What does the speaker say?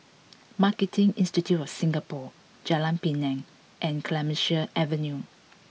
Marketing Institute of Singapore Jalan Pinang and Clemenceau Avenue